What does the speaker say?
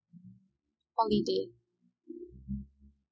holiday